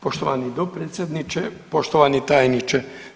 Poštovani dopredsjedniče, poštovani tajniče.